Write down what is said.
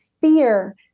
fear